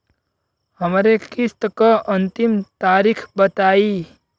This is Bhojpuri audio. हमरे किस्त क अंतिम तारीख बताईं?